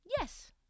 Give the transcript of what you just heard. Yes